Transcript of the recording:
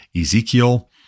Ezekiel